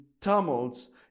tumults